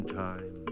time